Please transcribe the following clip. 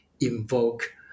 invoke